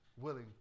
willing